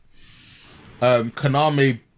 Konami